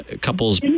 couples